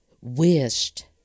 wished